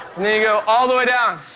then you go all the way down.